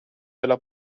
della